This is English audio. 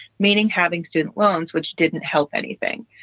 meaning having student loans, which didn't help anything.